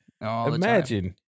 Imagine